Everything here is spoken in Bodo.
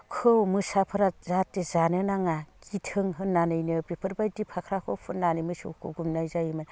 मोसाफोरा जाहाथे जानो नाङा गिथों होननानैनो बेफोरबायदि फाख्राखौ फुननानै मोसौखौ गुमनाय जायोमोन